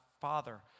Father